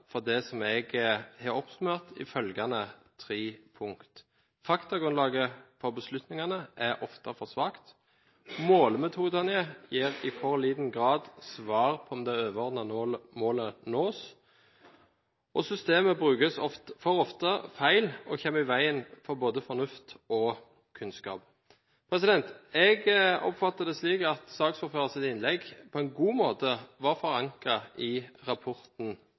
for det som jeg har oppsummert i følgende tre punkter: faktagrunnlaget for beslutningene er ofte for svakt målemetodene gir i for liten grad svar på om det overordnede målet nås systemet brukes for ofte feil og kommer i veien for både fornuft og kunnskap Jeg oppfatter det slik at saksordførerens innlegg på en god måte var forankret i rapporten